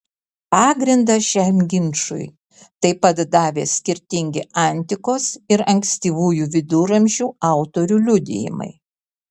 pagrindą šiam ginčui taip pat davė skirtingi antikos ir ankstyvųjų viduramžių autorių liudijimai